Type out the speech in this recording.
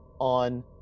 on